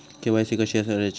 KYC कशी करायची?